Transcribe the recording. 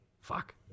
Fuck